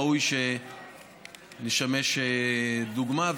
ראוי שנשמש דוגמה,